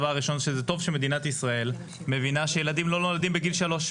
טוב שמדינת ישראל מבינה שילדים לא נולדים בגיל שלוש,